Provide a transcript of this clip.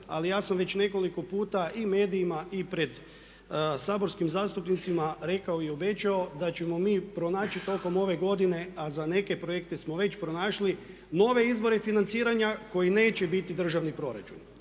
Ali ja sam već nekoliko puta i medijima i pred saborskim zastupnicima rekao i obećao da ćemo mi pronaći tokom ove godine a za neke projekte smo već pronašli nove izvore financiranja koji neće biti državni proračun.